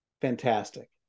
fantastic